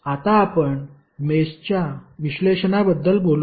आता आपण मेषच्या विश्लेषणाबद्दल बोलूया